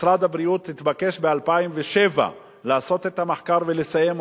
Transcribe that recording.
משרד הבריאות התבקש ב-2007 לעשות את המחקר ולסיים אותו.